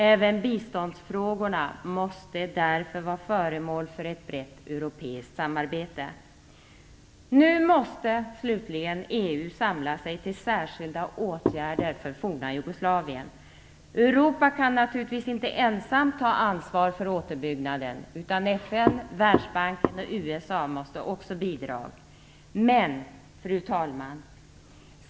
Även biståndsfrågorna måste därför vara föremål för ett brett europeiskt samarbete. Nu måste EU samla sig till särskilda åtgärder för forna Jugoslavien. Europa kan naturligtvis inte ensamt ta ansvar för återuppbyggnaden, utan FN, Världsbanken och USA måste också bidra. Fru talman!